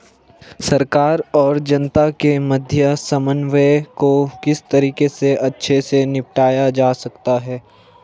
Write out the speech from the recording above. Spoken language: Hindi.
सरकार और जनता के मध्य समन्वय को किस तरीके से अच्छे से निपटाया जा सकता है?